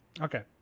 Okay